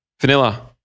Vanilla